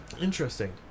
Interesting